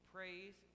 Praise